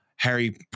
Harry